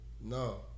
No